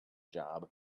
job